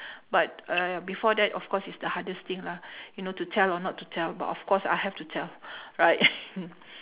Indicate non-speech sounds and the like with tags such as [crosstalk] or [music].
[breath] but uh before that of course it's the hardest lah [breath] you know to tell or not to tell but of course I have to tell [breath] right [laughs]